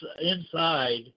inside